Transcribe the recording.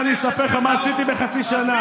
שר הדיגיטל לשעבר והציוצים בטוויטר,